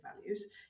values